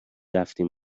رفتیم